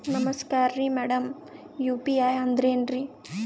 ನಮಸ್ಕಾರ್ರಿ madam UPI ಅಂದ್ರೆನ್ರಿ?